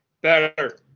better